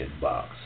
box